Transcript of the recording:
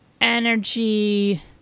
energy